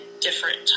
different